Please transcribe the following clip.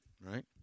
right